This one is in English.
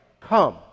come